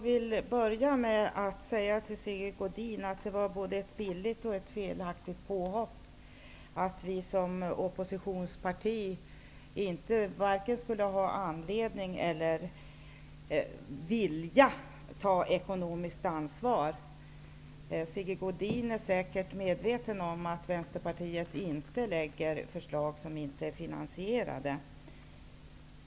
Herr talman! Det var ett billigt och felaktigt påhopp av Sigge Godin att påstå att vi som oppositionsparti skulle ha varken anledning eller vilja att ta ekonomiskt ansvar. Sigge Godin är säkert medveten om att Vänsterpartiet inte lägger fram förslag som inte är finansierade.